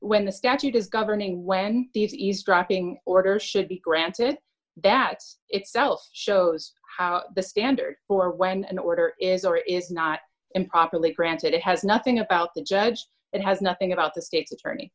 when the statute is governing when the east wrapping order should be granted that itself shows how the standard for when an order is or is not improperly granted it has nothing about the judge it has nothing about the state's